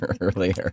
earlier